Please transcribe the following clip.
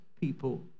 people